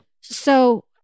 So-